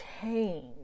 change